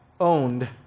owned